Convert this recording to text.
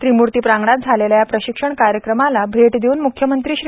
त्रिमूर्ती प्रांगणात झालेल्या या प्रशिक्षण कार्यक्रमाला भैट देऊन म्ख्यमंत्री श्री